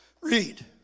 Read